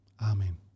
Amen